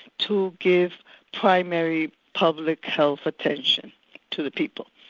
to give primary public health attention to the people.